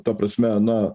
ta prasme na